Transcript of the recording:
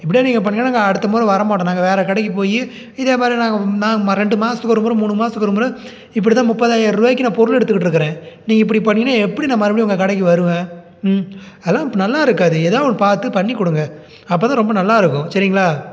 இப்படி நீங்கள் பண்ணீங்கன்னா நாங்கள் அடுத்த முறை வர மாட்டோம் நாங்கள் வேறே கடைக்கு போய் இதே மாதிரி நாங்கள் நான் ரெண்டு மாதத்துக்கு ஒரு முறை மூணு மாதத்துக்கு ஒரு முறை இப்படி தான் முப்பதாயிருவாக்கி நான் பொருள் எடுத்துக்கிட்டு இருக்கிறேன் நீங்கள் இப்படி பண்ணீங்கன்னா எப்படி நான் மறுபடியும் உங்கள் கடைக்கு வருவேன் ம் அதெலான் இப்போ நல்லா இருக்காது எதாது ஒன்று பார்த்து பண்ணிக்கொடுங்க அப்போ தான் ரொம்ப நல்லா இருக்கும் சரிங்களா